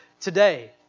today